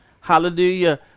Hallelujah